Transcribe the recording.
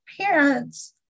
parents